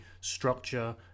structure